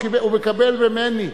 הוא מקבל ממני.